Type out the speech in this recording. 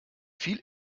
viel